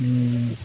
ᱦᱮᱸ